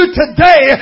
today